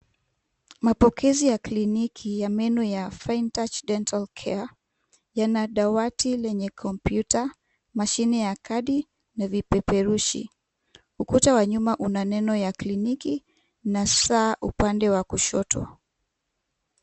Mapokezi ya kliniki ya meno ya faint touch dental care yana dawati ya chuma, mashini ya kadi na vipeperushi. Ukuta wa nyuma una neno ya kliniki na saa upande wa kushoto.